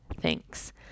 thanks